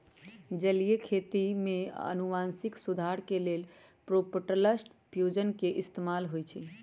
जलीय खेती में अनुवांशिक सुधार के लेल प्रोटॉपलस्ट फ्यूजन के इस्तेमाल होई छई